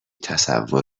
تصور